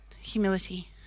humility